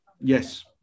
Yes